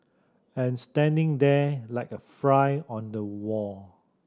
and standing there like a fry on the wall